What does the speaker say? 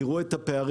תראו את הפערים.